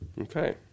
Okay